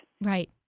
Right